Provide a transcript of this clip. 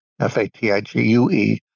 F-A-T-I-G-U-E